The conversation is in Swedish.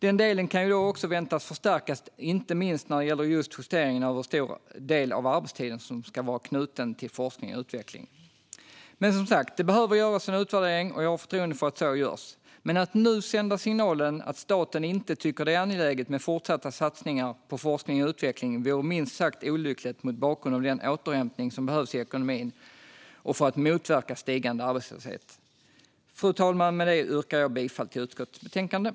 Den delen kan också väntas förstärkas, inte minst när det gäller justeringen av hur stor del av arbetstiden som ska vara knuten till forskning och utveckling. Det bör som sagt göras en utvärdering, och jag har förtroende för att så sker. Men att nu sända signalen att staten inte tycker att det är angeläget med fortsatta satsningar på forskning och utveckling vore minst sagt olyckligt mot bakgrund av den återhämtning som behövs i ekonomin och för att motverka stigande arbetslöshet. Fru talman! Med det yrkar jag bifall till utskottets förslag.